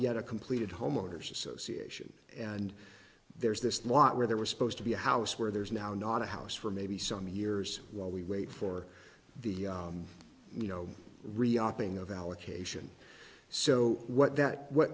yet a completed homeowners association and there's this lot where there was supposed to be a house where there's now not a house for maybe some years while we wait for the you know reopening of allocation so what that what